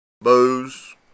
booze